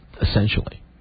essentially